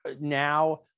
now